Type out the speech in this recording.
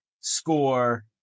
score